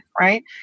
right